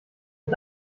mit